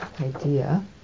idea